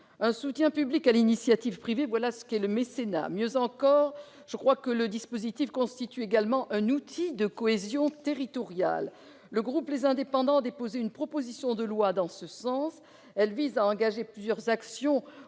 Un soutien public à l'initiative privée, voilà ce qu'est le mécénat. Mieux, je crois que le dispositif constitue également un outil de cohésion territoriale. Le groupe Les Indépendants a déposé une proposition de loi en ce sens. Elle vise à engager plusieurs actions